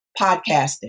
podcasting